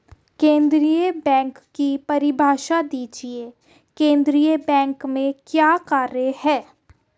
केंद्रीय बैंक की परिभाषा दीजिए केंद्रीय बैंक के क्या कार्य हैं?